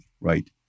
right